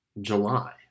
July